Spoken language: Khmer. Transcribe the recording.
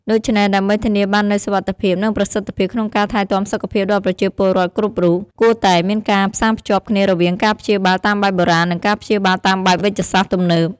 ដូច្នេះ ដើម្បីធានាបាននូវសុវត្ថិភាព និងប្រសិទ្ធភាពក្នុងការថែទាំសុខភាពដល់ប្រជាពលរដ្ឋគ្រប់រូប គួរតែមានការផ្សារភ្ជាប់គ្នារវាងការព្យាបាលតាមបែបបុរាណ និងការព្យាបាលតាមបែបវេជ្ជសាស្ត្រទំនើប។